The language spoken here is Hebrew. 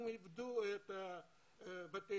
הם איבדו את בתיהם,